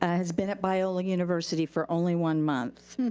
ah has been at biola university for only one month.